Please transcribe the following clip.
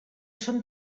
són